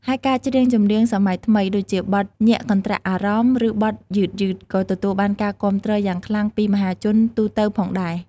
ហើយការច្រៀងចម្រៀងសម័យថ្មី ដូចជាបទញាក់កន្ត្រាក់អារម្មណ៍ ឬបទយឺតៗ ក៏ទទួលបានការគាំទ្រយ៉ាងខ្លាំងពីមហាជនទូទៅផងដែរ។